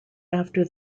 after